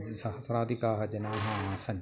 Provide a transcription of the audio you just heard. द्विसहस्राधिकाः जनाः आसन्